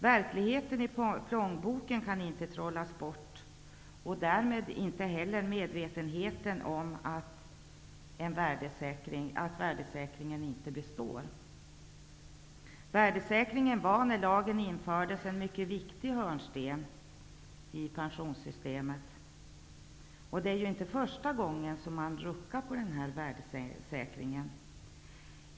Verkligheten i plånboken kan inte trollas bort och därmed inte heller medvetenheten om att värdesäkringen inte består. Värdesäkringen var, när lagen infördes, en mycket viktig hörnsten i pensionssystemet. Det är inte första gången som man ruckar på värdesäkringen.